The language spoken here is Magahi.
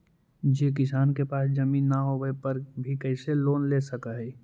जे किसान के पास जमीन न होवे पर भी कैसे लोन ले सक हइ?